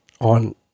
on